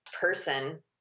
person